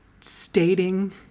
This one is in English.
stating